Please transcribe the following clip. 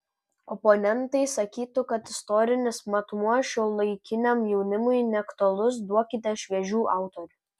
oponentai sakytų kad istorinis matmuo šiuolaikiniam jaunimui neaktualus duokite šviežių autorių